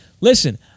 Listen